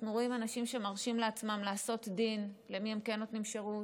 אנחנו רואים אנשים שמרשים לעצמם לעשות דין למי הם כן נותנים שירות,